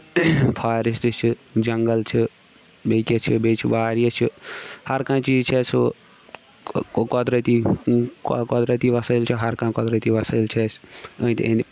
forest چھِ جنٛگل چھِ بیٚیہِ کیاہ چھِ بیٚیہِ چھِ واریاہ چھِ ہر کانٛہہ چیٖز چھُ اَسہِ ہُہ قۄدرٔتی قۄدرٔتی وَسٲیِل چھُ ہر کانٛہہ قۄدرٔتی وسٲیل چھِ اَسہِ أنٛدۍ أنٛدۍ